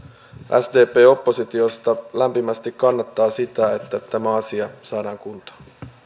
sdp oppositiosta lämpimästi kannattaa sitä että tämä asia saadaan kuntoon